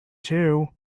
too